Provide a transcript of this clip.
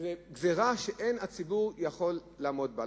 שזאת גזירה שאין הציבור יכול לעמוד בה.